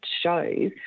shows